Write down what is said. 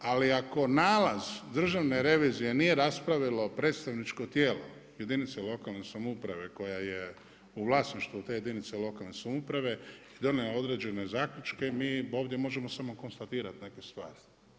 Ali ako nalaz Državne revizije nije raspravilo predstavničko tijelo lokalne samouprave koja je u vlasništvu te jedinice lokalne samouprave i donijela određene zaključke mi ovdje možemo samo konstatirati neke stvari.